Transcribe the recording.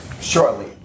shortly